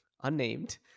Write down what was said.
unnamed